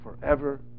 forever